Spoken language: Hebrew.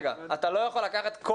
רגע, אתה לא יכול לקחת כל